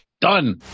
Done